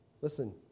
Listen